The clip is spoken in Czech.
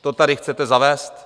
To tady chcete zavést?